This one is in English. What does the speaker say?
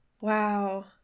Wow